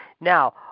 Now